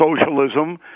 socialism